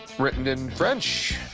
written in french.